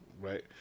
Right